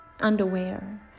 underwear